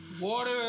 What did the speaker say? Water